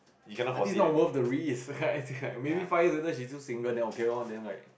I think it's not worth the risk I think like maybe five years later she's still single then okay lor then like